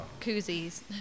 koozies